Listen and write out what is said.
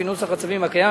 לפי נוסח הצווים הקיים,